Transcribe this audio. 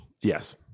yes